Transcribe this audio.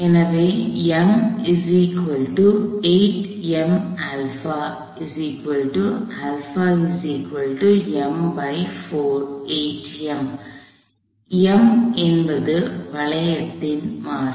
எனவே m என்பது வளையத்தின் மாஸ்